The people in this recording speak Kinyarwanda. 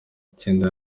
icyenda